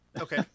Okay